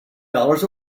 dollars